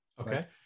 okay